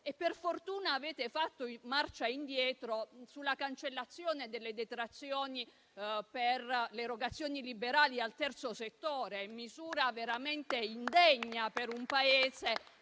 Per fortuna avete fatto marcia indietro sulla cancellazione delle detrazioni per le erogazioni liberali al terzo settore, misura veramente indegna per un Paese